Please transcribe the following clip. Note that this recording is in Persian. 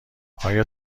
آیا